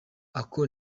ako